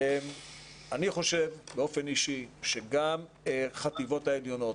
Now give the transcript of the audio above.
אני חושב באופן אישי שגם החטיבות העליונות,